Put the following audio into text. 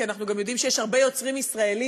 כי אנחנו גם יודעים שיש הרבה יוצרים ישראלים